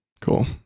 Cool